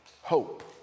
Hope